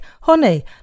honey